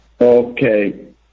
Okay